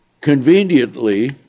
conveniently